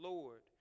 Lord